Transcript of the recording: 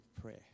prayer